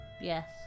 Yes